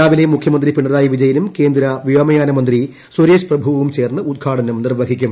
രാവിലെ മുഖ്യമന്ത്രി പിണറാ്യി വീജയനും കേന്ദ്ര വ്യോമയാന മ ന്ത്രി സുരേഷ് പ്രഭുവും ച്ചേർന്ന് ഉദ്ഘാടനം നിർവ്വഹിക്കും